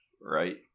Right